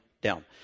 down